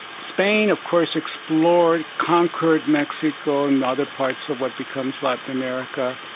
spain of course explored, conquered mexico and other parts of what becomes latin america,